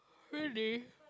really